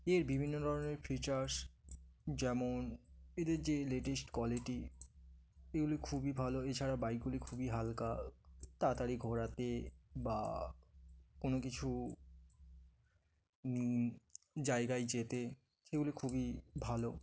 এর বিভিন্ন ধরনের ফিচার্স যেমন এদের যে লেটেস্ট কোয়ালিটি এগুলি খুবই ভালো এছাড়া বাইকগুলি খুবই হালকা তাড়াতাড়ি ঘোরাতে বা কোনো কিছু জায়গায় যেতে এগুলি খুবই ভালো